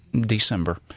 December